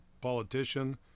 politician